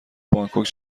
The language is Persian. بانکوک